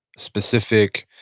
specific,